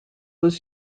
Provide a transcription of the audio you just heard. was